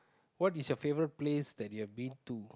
what is your favourite place that you have been to